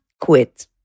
quit